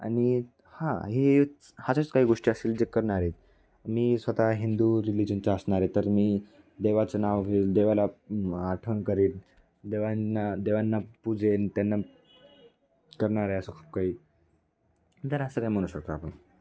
आणि हा हे एक च अशाच काही गोष्टी असेल जे करणार आहे मी स्वतः हिंदू रिलिजनचं असणारे तर मी देवाचं नाव घेईल देवाला आठवण करीन देवांना देवांना पूजेन त्यांना करणारे असं खूप काही तर असं काही म्हणू शकतो आपण